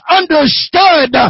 understood